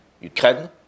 Ukraine